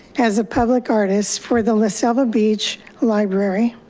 as a public artist for the la selva beach library,